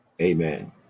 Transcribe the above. Amen